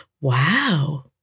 wow